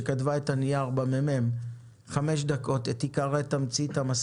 שכתבה את הנייר של הממ"מ להציג לנו בחמש דקות את עיקרי המסקנות.